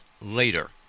later